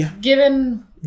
given